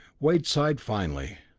wade sighed finally.